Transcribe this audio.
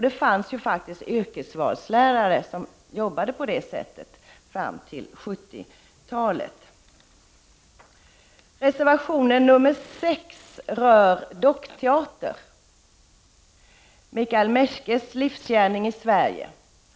Det fanns ju faktiskt yrkesvalslärare som jobbade på det sättet fram till 1970 talet. Reservation nr 6 rör dockteatern, Michael Meschkes livsgärning i Sverige.